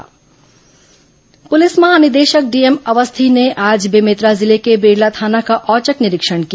DGP notice police महानिदेशक DM Awasthi ने आज बेमेतरा जिले के बेरला थाना का औचक निरीक्षण किया